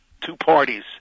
two-parties